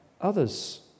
others